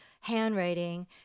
handwriting